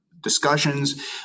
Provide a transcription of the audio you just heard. discussions